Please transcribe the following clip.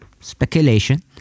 Speculation